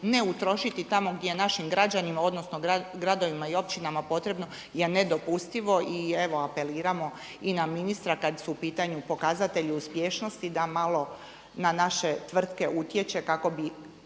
ne utrošiti tamo gdje je našim građanima, odnosno gradovima i općinama potrebno je nedopustivo. I evo apeliramo i na ministra kada su u pitanju pokazatelji uspješnosti da malo na naše tvrtke utječe kako bi